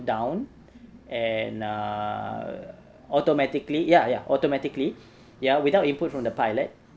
down and err automatically ya ya automatically ya without input from the pilot